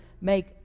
make